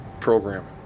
program